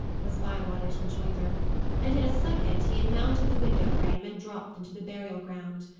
was bywater's rejoinder and in a second he had mounted the window-frame, and dropped into the burial-ground.